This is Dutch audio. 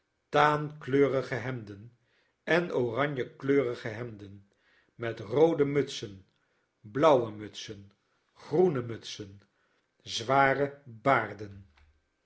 taankleurige hemden en oranjekleurige hemden met roode mutsen blauwe mutsen groene mutsen zwarebaarden